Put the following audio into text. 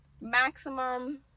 Maximum